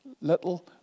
Little